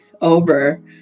over